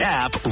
app